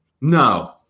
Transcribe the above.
No